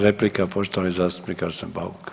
Replika poštovani zastupnik Arsen Bauk.